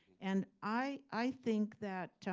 and i think that